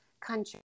country